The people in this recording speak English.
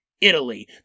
Italy